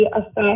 affect